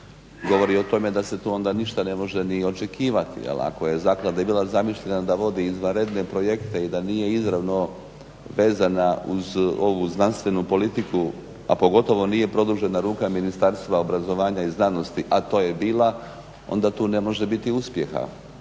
govori o tome da se tu onda ništa ne može ni očekivati. Jel ako je zaklada bila zamišljena da vodi izvanredne projekte i da nije izravno vezana uz ovu znanstvenu politiku, a pogotovo nije produžena ruka Ministarstva obrazovanja i znanosti, a to je bila, onda tu ne može biti uspjeha.